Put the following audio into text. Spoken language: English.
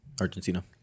Argentina